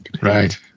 Right